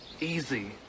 Easy